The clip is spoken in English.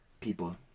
people